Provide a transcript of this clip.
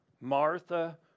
Martha